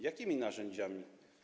Jakimi narzędziami?